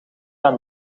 aan